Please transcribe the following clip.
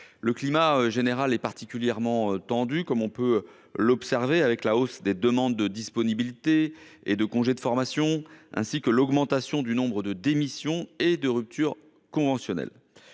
Le climat général est particulièrement tendu, comme le montrent la hausse des demandes de disponibilités et de congés de formation ainsi que l'augmentation du nombre de démissions et de ruptures conventionnelles.